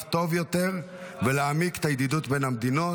טוב יותר ולהעמיק את הידידות בין המדינות.